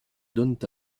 donnent